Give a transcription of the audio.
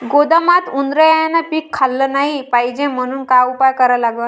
गोदामात उंदरायनं पीक खाल्लं नाही पायजे म्हनून का उपाय करा लागन?